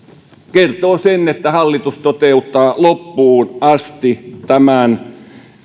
kertoo sen että hallitus toteuttaa loppuun asti tämän